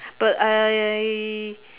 but I